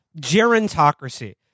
gerontocracy